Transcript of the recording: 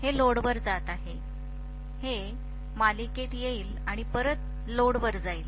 हे लोडवर जात आहे हे मालिकेत येईल आणि परत लोडवर जाईल